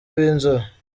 b’inzobe